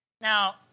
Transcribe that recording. Now